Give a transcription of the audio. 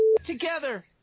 together